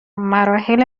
مراحل